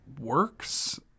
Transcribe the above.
works